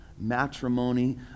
matrimony